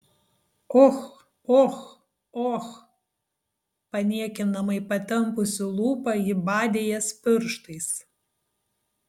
och och och paniekinamai patempusi lūpą ji badė jas pirštais